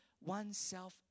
oneself